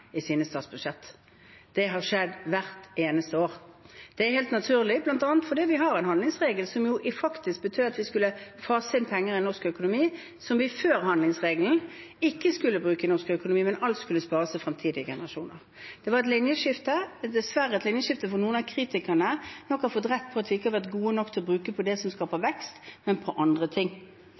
i statsbudsjettet. Det har skjedd hvert eneste år. Det er helt naturlig, bl.a. fordi vi har en handlingsregel som faktisk betyr at vi skal fase inn penger i norsk økonomi som vi før handlingsregelen ikke skulle bruke i norsk økonomi – men alt skulle spares til framtidige generasjoner. Det var et linjeskifte – dessverre et linjeskifte for noen av kritikerne, som nok har fått rett i at ikke vi har vært gode nok til å bruke det på det som skaper vekst, men heller på andre ting.